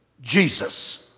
Jesus